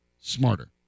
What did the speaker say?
smarter